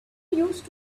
used